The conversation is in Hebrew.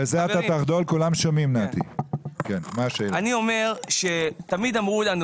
אני אומר שתמיד אמרו לנו